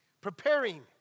preparing